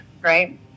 right